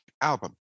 album